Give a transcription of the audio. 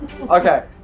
Okay